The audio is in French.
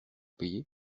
payer